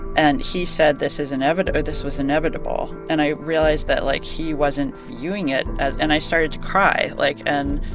and he said this is or this was inevitable. and i realized that, like, he wasn't viewing it as and i started to cry, like and,